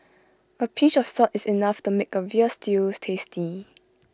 A pinch of salt is enough to make A Veal Stew tasty